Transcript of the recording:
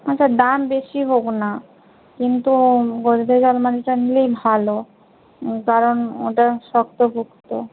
আচ্ছা দাম বেশি হোক না কিন্তু গোদরেজ আলমারিটা নিলেই ভালো কারণ ওটা শক্ত পোক্ত